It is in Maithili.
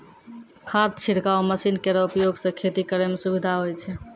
खाद छिड़काव मसीन केरो उपयोग सँ खेती करै म सुबिधा होय छै